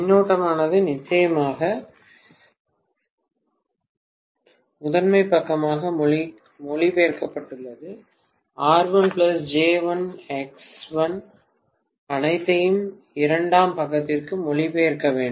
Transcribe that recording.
மின்னோட்டமானது நிச்சயமாக முதன்மை பக்கமாக மொழிபெயர்க்கப்பட்டுள்ளது அனைத்தையும் இரண்டாம் பக்கத்திற்கு மொழிபெயர்க்க வேண்டும்